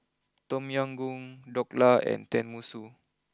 Tom Yam Goong Dhokla and Tenmusu